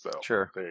Sure